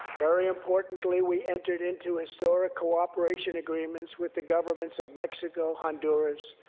very importantly, we entered into historic cooperation agreements with the governments of mexico, honduras,